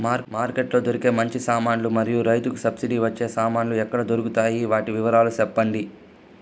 Market లో దొరికే మంచి సామాన్లు మరియు రైతుకు సబ్సిడి వచ్చే సామాన్లు ఎక్కడ దొరుకుతాయి? వాటి వివరాలు సెప్పండి?